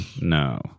No